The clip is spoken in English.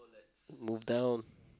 move down